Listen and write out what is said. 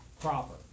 proper